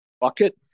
bucket